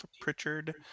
Pritchard